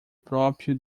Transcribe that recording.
próprio